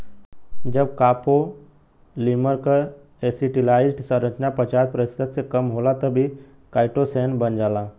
जब कॉपोलीमर क एसिटिलाइज्ड संरचना पचास प्रतिशत से कम होला तब इ काइटोसैन बन जाला